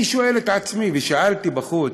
אני שואל את עצמי, ושאלתי בחוץ: